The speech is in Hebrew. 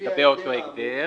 לגבי אותו הגדר,